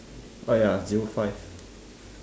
oh ya zero five